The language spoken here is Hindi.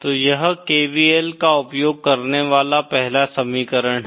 तो यह KVL का उपयोग करने वाला पहला समीकरण है